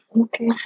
Okay